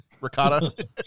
Ricotta